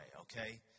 okay